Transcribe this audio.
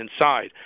inside